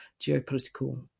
geopolitical